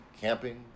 camping